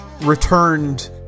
returned